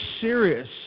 serious